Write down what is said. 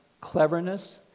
cleverness